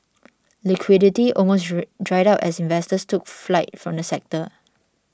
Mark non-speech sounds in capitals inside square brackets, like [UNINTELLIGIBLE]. liquidity almost [UNINTELLIGIBLE] dried up as investors took flight from the sector